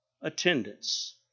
attendance